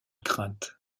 crainte